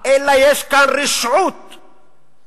אלא יש כאן רשעות וגזענות,